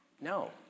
No